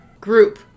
group